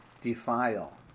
defile